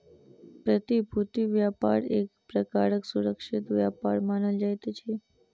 प्रतिभूति व्यापार एक प्रकारक सुरक्षित व्यापार मानल जाइत अछि